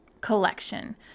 Collection